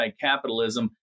capitalism